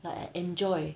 like I enjoy